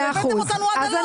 הבאתם אותנו עד הלום.